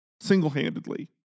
single-handedly